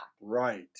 Right